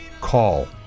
Call